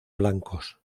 blancos